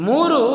Muru